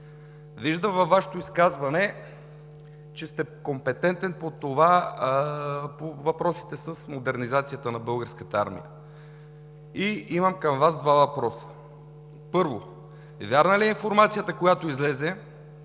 Във Вашето изказване виждам, че сте компетентен по въпросите с модернизацията на Българската армия. Имам към Вас два въпроса. Първо, вярна ли е информацията, която излезе